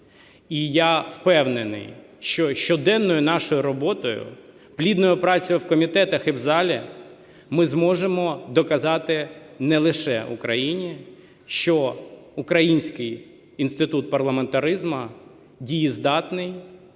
І я впевнений, що щоденною нашою роботою, плідною працею в комітетах і в залі, ми зможемо доказати не лише Україні, що український інститут парламентаризму дієздатний,